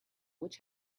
which